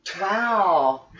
wow